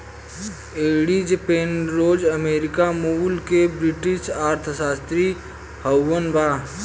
Edith Penrose America मूल के British अर्थशास्त्री हउवन